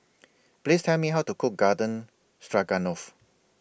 Please Tell Me How to Cook Garden Stroganoff